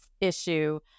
issue